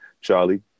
Charlie